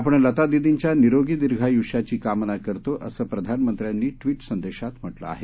आपण लता दिदींच्या निरोगी दीर्घायुष्याची कामना करतो असं प्रधानमंत्र्यांनी ट्वीट संदेशात म्हटलं आहे